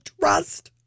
trust